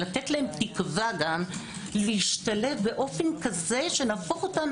גם תקווה להשתלב באופן כזה שנהפוך אותם